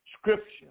Scripture